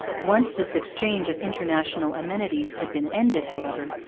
once this exchange of international amenities had been ended, however,